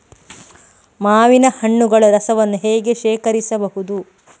ಮಾವಿನ ಹಣ್ಣುಗಳ ರಸವನ್ನು ಹೇಗೆ ಶೇಖರಿಸಬಹುದು?